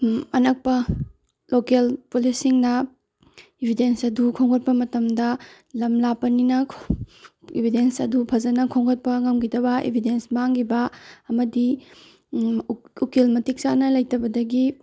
ꯑꯅꯛꯄ local police ꯁꯤꯡꯅ evidence ꯑꯗꯨ ꯈꯣꯝꯒꯠꯄ ꯃꯇꯝꯗ ꯂꯝ ꯂꯥꯞꯄꯅꯤꯅ ꯏꯕꯤꯗꯦꯟꯁ ꯑꯗꯨ ꯐꯖꯅ ꯈꯣꯝꯒꯠꯄ ꯉꯝꯒꯤꯗꯕ ꯏꯕꯤꯗꯦꯟꯁ ꯃꯥꯝꯒꯤꯕ ꯑꯃꯗꯤ ꯎꯀꯤꯜ ꯃꯇꯤꯛ ꯆꯥꯅ ꯂꯩꯇꯕꯗꯒꯤ